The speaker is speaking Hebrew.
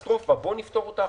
הקטסטרופה, בואו נפתור אותה עכשיו.